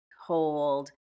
hold